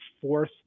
fourth